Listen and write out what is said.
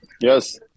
yes